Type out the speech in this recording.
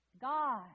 God